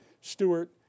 Stewart